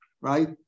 Right